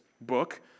book